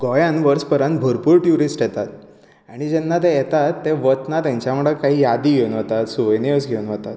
गोंयांत वर्सभरांत भरपूर ट्युरिस्ट येतात आनी जेन्ना ते येतात ते वतना तेंच्या वांगडा कांय यादीं घेवन वतात सोविनीर्स घेवन वतात